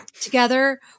together